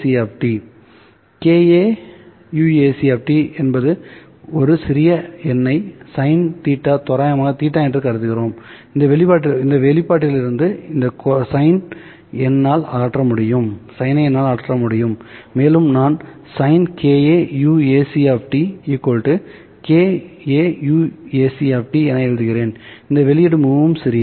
K A uac என்பது ஒரு சிறிய எண்ணை sinθ தோராயமாக θ என்று நாம் கருதுகிறோம்இந்த வெளிப்பாட்டிலிருந்து இந்த சைனை என்னால் அகற்ற முடியும் மேலும் நான் sin k A uac k A uac எழுதுகிறேன்இந்த வெளியீடு மிகவும் சிறியது